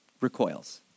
recoils